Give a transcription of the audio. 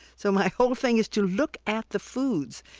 so my whole thing is to look at the foods.